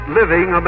living